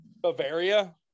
Bavaria